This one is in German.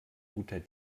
guter